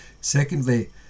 Secondly